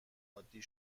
عادی